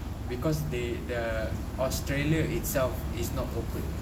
because they they're australia itself is not open